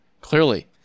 Clearly